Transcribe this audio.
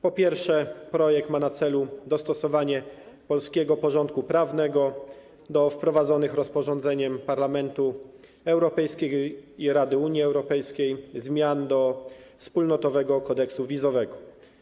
Po pierwsze, projekt ma na celu dostosowanie polskiego porządku prawnego do wprowadzonych rozporządzeniem Parlamentu Europejskiego i Rady Unii Europejskiej zmian do Wspólnotowego Kodeksu Wizowego.